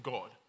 God